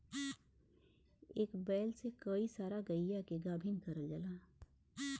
एक बैल से कई सारा गइया के गाभिन करल जाला